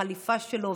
לחליפה שלו,